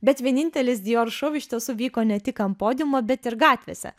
bet vienintelis dior šou iš tiesų vyko ne tik ant podiumo bet ir gatvėse